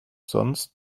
sonst